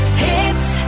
hits